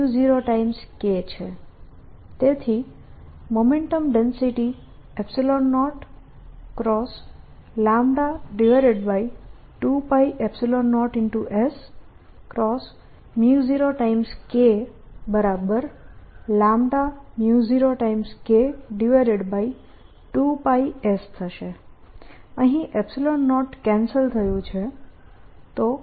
તેથી momentum density 0 2π0s0K 0K2πs થશે અહીં 0 કેન્સલ થયું છે